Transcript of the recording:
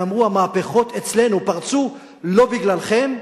ואמרו, המהפכות אצלנו פרצו לא בגללכם,